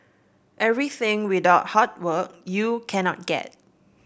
everything without hard work you cannot get